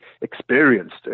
experienced